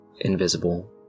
invisible